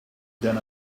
than